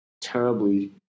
terribly